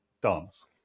dance